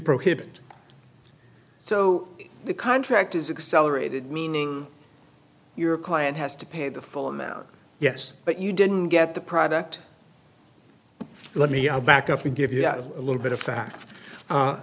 prohibit so the contract is accelerating meaning your client has to pay the full amount yes but you didn't get the product let me i'll back up and give you a little bit of fact